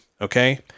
Okay